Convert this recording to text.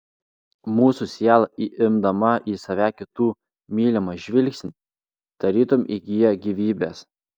mūsų siela įimdama į save kitų mylimą žvilgsnį tarytum įgyja gyvybės